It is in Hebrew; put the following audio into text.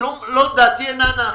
דעתי אינה נחה.